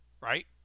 right